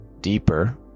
deeper